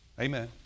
Amen